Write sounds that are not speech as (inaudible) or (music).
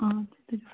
پانٛژھ ہَتھ (unintelligible)